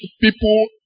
people